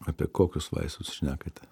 apie kokius vaistus šnekate